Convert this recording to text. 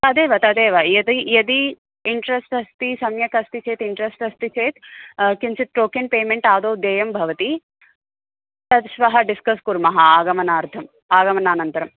तदेव तदेव यदि यदि इण्ट्रेस्ट् अस्ति सम्यक् अस्ति चेत् इण्ट्रेस्ट् अस्ति चेत् किञ्चित् टोकेन् पेमेण्ट् आदौ देयं भवति तद् श्वः डिस्कस् कुर्मः आगमनार्थम् आगमनानन्तरम्